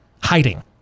hiding